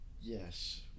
Yes